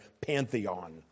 pantheon